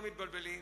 לא מתבלבלים.